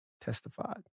testified